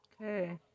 Okay